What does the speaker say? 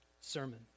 sermon